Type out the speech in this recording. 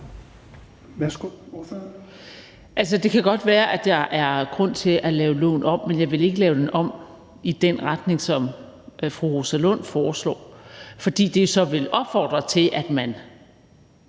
Krarup (DF): Altså, det kan godt være, at der er grund til at lave loven om, men jeg vil ikke lave den om i den retning, som fru Rosa Lund foreslår, fordi det så vil opfordre til, at man